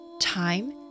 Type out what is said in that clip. time